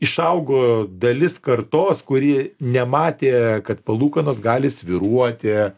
išaugo dalis kartos kuri nematė kad palūkanos gali svyruoti